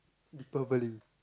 Diwali